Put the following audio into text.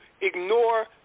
ignore